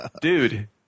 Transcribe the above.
dude